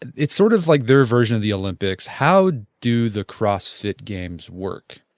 it's sort of like their version of the olympics. how do the crossfit games work?